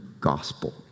gospel